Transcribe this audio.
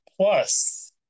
Plus